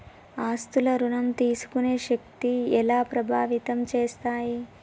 ఆస్తుల ఋణం తీసుకునే శక్తి ఎలా ప్రభావితం చేస్తాయి?